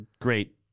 great